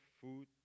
food